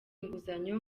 inguzanyo